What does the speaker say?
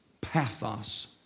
Pathos